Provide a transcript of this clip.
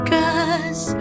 Cause